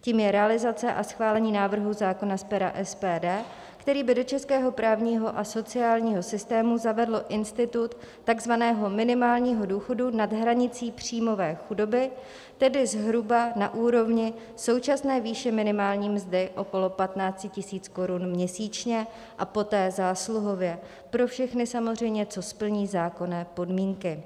Tím je realizace a schválení návrhu zákona z pera SPD, který by do českého právního a sociálního systému zavedl institut tzv. minimálního důchodu nad hranicí příjmové chudoby, tedy zhruba na úrovni současné výše minimální mzdy okolo 15 tisíc korun měsíčně a poté zásluhově pro všechny samozřejmě, co splní zákonné podmínky.